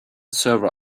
server